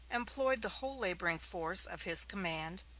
employed the whole laboring force of his command,